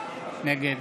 נגד